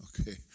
Okay